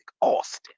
austin